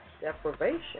deprivation